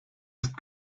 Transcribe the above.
ist